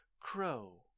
Crow